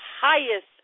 highest